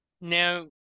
Now